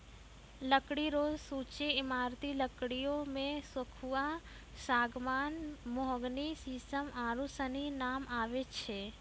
लकड़ी रो सूची ईमारती लकड़ियो मे सखूआ, सागमान, मोहगनी, सिसम आरू सनी नाम आबै छै